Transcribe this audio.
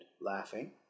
laughing